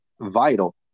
vital